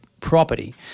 property